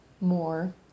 more